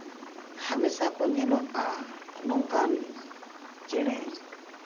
ᱦᱟᱢᱮᱥᱟ ᱠᱚ ᱧᱮᱞᱚᱜᱼᱟ ᱱᱚᱝᱠᱟᱱ ᱪᱮᱬᱮ